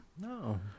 no